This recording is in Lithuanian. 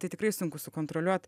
tai tikrai sunku sukontroliuot